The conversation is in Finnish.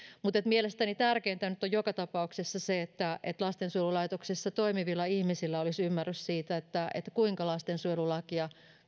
mutta mielestäni tärkeintä nyt joka tapauksessa on se että että lastensuojelulaitoksessa toimivilla ihmisillä olisi ymmärrys siitä kuinka lastensuojelulakia